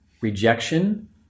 rejection